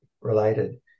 related